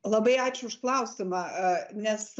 labai ačiū už klausimą nes